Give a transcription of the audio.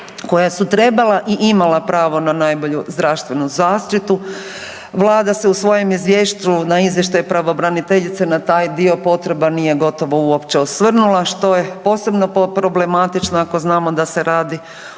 koji su trebali i imala pravo na najbolju zdravstvenu zaštitu. Vlada se u svojem izvješću na izvještaj pravobraniteljice na taj dio potreba nije gotovo uopće osvrnula što je posebno problematično ako znamo da se radi o